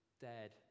dead